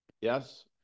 Yes